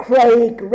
Craig